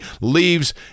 leaves